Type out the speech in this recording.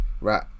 right